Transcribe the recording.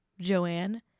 Joanne